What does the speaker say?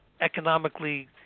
economically